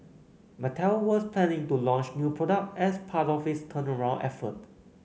Mattel was planning to launch new product as part of its turnaround effort